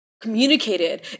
communicated